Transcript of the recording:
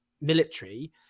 military